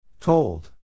Told